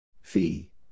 Fee